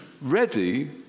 ready